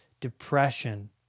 depression